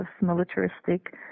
militaristic